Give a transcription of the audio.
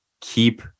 Keep